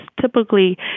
typically